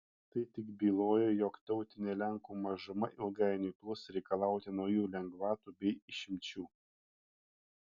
tai tik byloja jog tautinė lenkų mažuma ilgainiui puls reikalauti naujų lengvatų bei išimčių